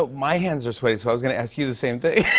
but my hands are sweaty, so i was going to ask you the same thing.